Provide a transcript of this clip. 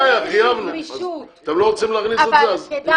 צריך גמישות, אבל כדאי להכניס את זה.